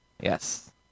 Yes